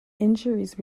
injuries